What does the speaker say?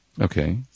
Okay